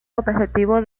objetivo